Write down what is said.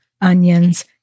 onions